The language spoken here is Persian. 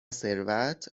ثروت